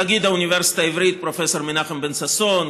נגיד האוניברסיטה העברית פרופ' מנחם בן-ששון,